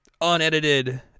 unedited